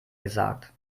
gesagt